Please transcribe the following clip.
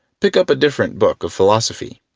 pick up a different book of philosophy.